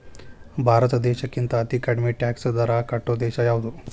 ಭಾರತ್ ದೇಶಕ್ಕಿಂತಾ ಅತೇ ಕಡ್ಮಿ ಟ್ಯಾಕ್ಸ್ ದರಾ ಕಟ್ಟೊ ದೇಶಾ ಯಾವ್ದು?